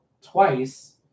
twice